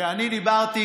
ואני דיברתי